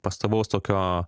pastovaus tokio